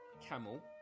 camel